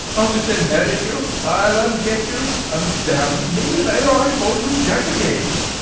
i'll disinherit you, i'll unget you! and damn me! if ever i call you jack again!